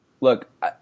look